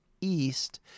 east